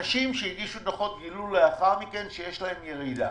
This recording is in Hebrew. אנשים שהגישו דוחות גילו לאחר מכן שיש להם ירידה,